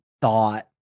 thought